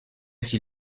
s’il